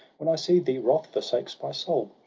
when i see thee, wrath forsakes my soul.